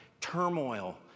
turmoil